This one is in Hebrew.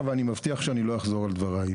אני מסכים איתך ואני מבטיח שאני לא אחזור על דבריי.